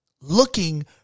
looking